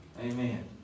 Amen